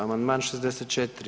Amandman 64.